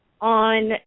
on